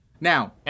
Now